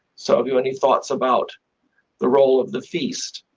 so have you any thoughts about the role of the feast?